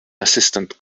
assistant